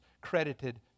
credited